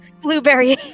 Blueberry